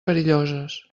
perilloses